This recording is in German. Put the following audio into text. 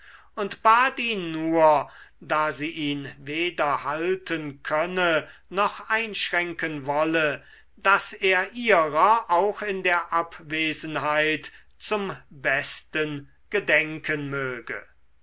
und bat ihn nur da sie ihn weder halten könne noch einschränken wolle daß er ihrer auch in der abwesenheit zum besten gedenken möge